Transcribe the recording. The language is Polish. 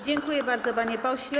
Dziękuję bardzo, panie pośle.